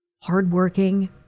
hardworking